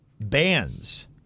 Bands